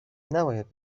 نباید